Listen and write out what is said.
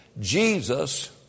Jesus